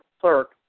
clerk